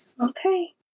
Okay